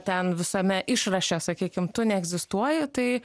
ten visame išraše sakykim tu neegzistuoji tai